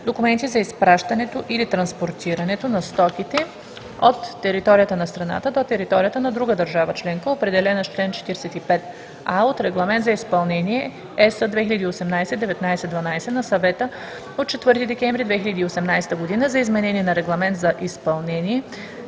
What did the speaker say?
документи за изпращането или транспортирането на стоките от територията на страната до територията на друга държава членка, определени с чл. 45а от Регламент за изпълнение (EС) 2018/1912 на Съвета от 4 декември 2018 година за изменение на Регламент за изпълнение